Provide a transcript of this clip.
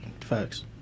Facts